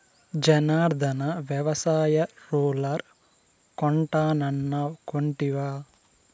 జనార్ధన, వ్యవసాయ రూలర్ కొంటానన్నావ్ కొంటివా